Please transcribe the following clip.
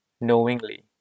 knowingly